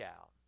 out